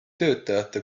töötajate